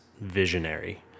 visionary